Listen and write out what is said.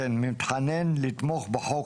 יש שיאמרו שהמדינה צריכה לחבק ולתת תעדוף לחייליה,